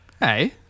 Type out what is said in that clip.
Hey